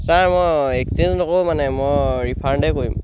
sir মই exchange নকৰোঁ মানে মই ৰিফাণ্ডেই কৰিম